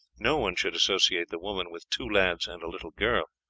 no one should associate the woman with two lads and a little girl,